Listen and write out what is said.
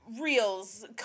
reels